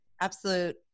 absolute